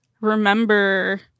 remember